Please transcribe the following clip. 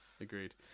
agreed